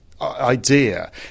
idea